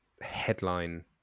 headline